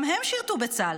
גם הם שירתו בצה"ל.